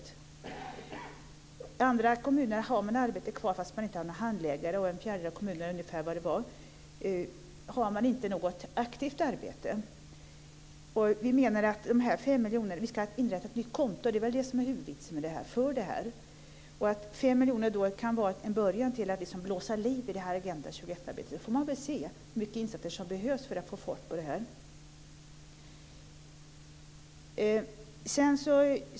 I andra kommuner finns det arbete kvar, men man har ingen handläggare, och i en fjärdedel av kommunerna har man inget aktivt arbete. Vi vill inrätta ett nytt konto, det är det som är vitsen. 5 miljoner kan vara en början till att blåsa liv i Agenda 21-arbetet. Sedan får man väl se vilka insatser som behövs för att man ska få fart på det hela.